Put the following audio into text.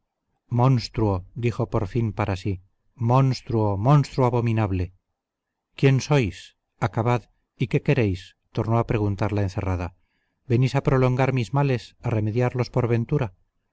monstruo dijo por fin para sí monstruo monstruo abominable quién sois acabad y qué queréis tornó a preguntar la encerrada venís a prolongar mis males a remediarlos por ventura